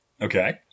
Okay